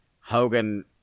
Hogan